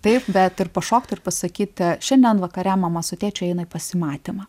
taip bet ir pašokt ir pasakyt šiandien vakare mama su tėčiu eina į pasimatymą